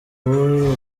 uwuhe